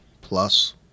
Plus